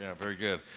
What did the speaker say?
very good.